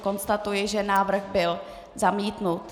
Konstatuji, že návrh byl zamítnut.